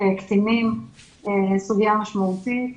קטינים שזו סוגיה משמעותית.